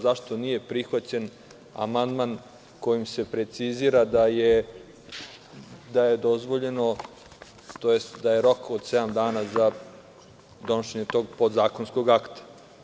Zašto nije prihvaćen amandman kojim se precizira da je rok od sedam dana za podnošenje tog podzakonskog akta?